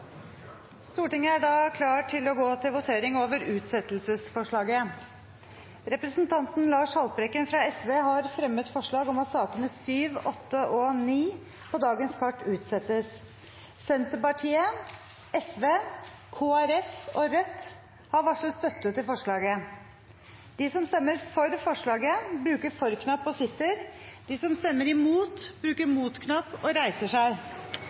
Stortinget er da klar til å gå til votering over utsettelsesforslaget. Representanten Lars Haltbrekken fra Sosialistisk Venstreparti har fremmet forslag om at sakene nr. 7, 8 og 9 på dagens kart utsettes. Senterpartiet, Sosialistisk Venstreparti, Kristelig Folkeparti og Rødt har varslet støtte til forslaget. Vi går da til behandling av sakene nr. 7, 8 og 9. Etter ønske fra energi- og